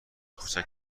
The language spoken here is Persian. کوچک